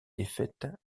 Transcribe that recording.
défaite